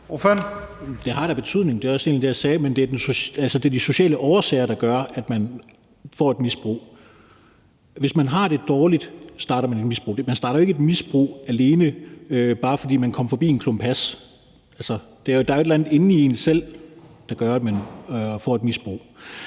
det, jeg sagde. Men det er de sociale årsager, der gør, at man får et misbrug. Hvis man har det dårligt, starter man et misbrug. Man starter jo ikke et misbrug, bare fordi man kom forbi en klump hash. Altså, der er jo et eller andet inde i en selv, der gør, at man får et misbrug.